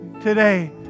today